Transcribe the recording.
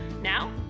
Now